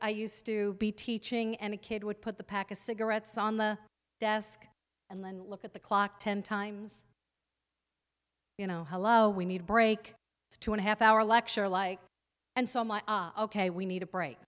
i used to be teaching and a kid would put the packet cigarettes on the desk and then look at the clock ten times you know hello we need a break two and a half hour lecture like and so much ok we need a break